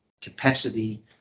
capacity